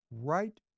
Right